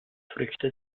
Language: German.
früchte